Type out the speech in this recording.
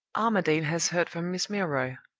armadale has heard from miss milroy.